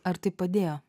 ar tai padėjo